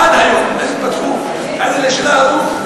עד היום, אתה אחלה בן-אדם.